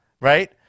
right